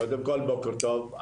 קודם כל בוקר טוב.